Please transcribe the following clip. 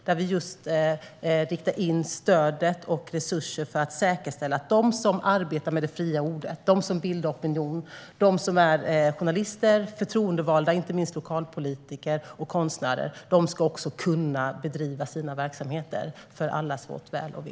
Där riktar vi in stödet och resurser för att säkerställa att de som arbetar med det fria ordet, de som bildar opinion, de som är journalister, de som är förtroendevalda - inte minst lokalpolitiker - och de som är konstnärer ska kunna bedriva sina verksamheter, för allas vårt väl och ve.